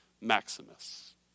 Maximus